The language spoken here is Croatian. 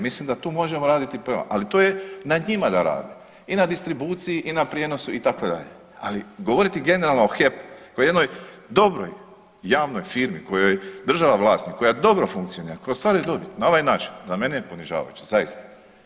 Mislim da tu možemo raditi prava, ali to je na njima da rade i na distribuciji i na prijenosu itd., ali govoriti generalno o HEP-u kao o jednoj dobroj javnoj firmi kojoj je država vlasnik, koja dobro funkcionira, koja ostvaruje dobit na ovaj način za mene je ponižavajuće zaista.